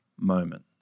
moment